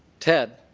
ted